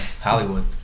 Hollywood